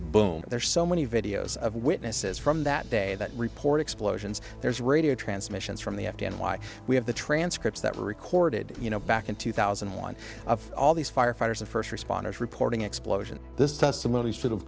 boom there are so many videos of witnesses from that day that report explosions there's radio transmissions from the afghan why we have the transcripts that were recorded you know back in two thousand and one of all these firefighters and first responders reporting explosions this testimon